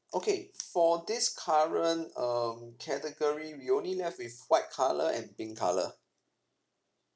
okay for this current um category we only left with white colour and pink colour